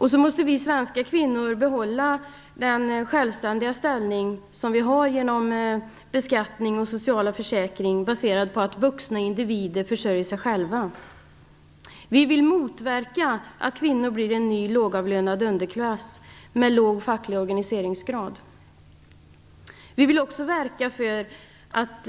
Vidare måste vi svenska kvinnor behålla den självständiga ställning som vi har genom beskattningen och genom socialförsäkringar baserade på att vuxna individer försörjer sig själva. Vi vill motverka att kvinnor blir en ny lågavlönad underklass med en låg facklig organiseringsgrad. Vi vill också verka för att